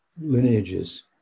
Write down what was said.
lineages